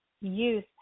youth